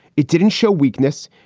it didn't show weakness.